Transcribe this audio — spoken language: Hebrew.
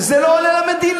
זה לא עולה למדינה.